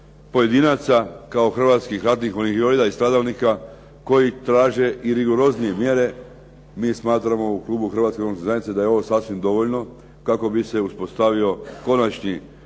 pojedinaca kao hrvatskih ratnih vojnih invalida i stradalnika koji traže i rigoroznije mjere, mi smatramo u klubu Hrvatske demokratske zajednice da je ovo sasvim dovoljno kako bi se uspostavio konačni